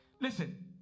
listen